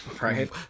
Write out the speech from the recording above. Right